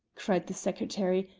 cried the secretary,